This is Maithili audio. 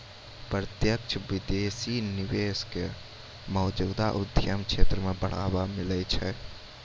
प्रत्यक्ष विदेशी निवेश क मौजूदा उद्यम क्षेत्र म बढ़ावा मिलै छै